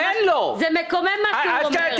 מקומם מה שהוא אומר,